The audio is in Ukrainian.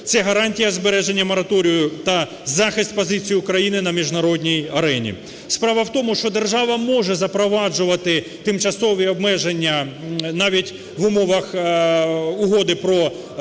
це гарантія збереження мораторію та захист позицій України на міжнародній арені. Справа в тому, що держава може запроваджувати тимчасові обмеження навіть в умовах Угоди про асоціацію